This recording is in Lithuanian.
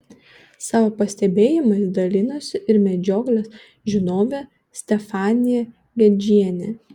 savo pastebėjimais dalinosi ir medžioklės žinovė stefanija gedžienė